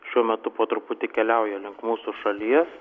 šiuo metu po truputį keliauja link mūsų šalies